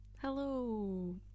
Hello